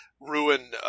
ruin